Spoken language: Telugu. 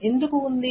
ఇది ఎందుకు ఉంది